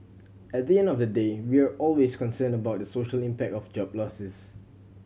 at the end of the day we're always concerned about the social impact of job losses